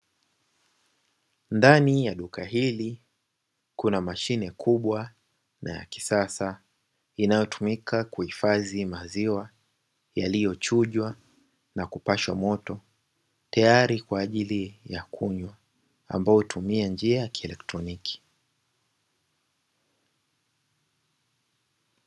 Ndani ya duka hili kuna mashine kubwa na ya kisasa inayotumika kuhifadhi maziwa yaliyochujwa na kupashwa moto tayari kwa ajili ya kunywa, ambayo hutumia njia ya kielektroniki.